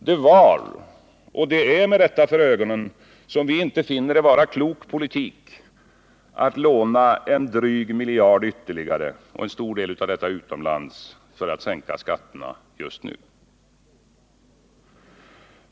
Det var och är med detta för ögonen som vi inte finner det vara klok politik att låna en dryg miljard ytterligare, varav en stor del utomlands, för att sänka skatterna just nu.